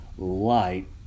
light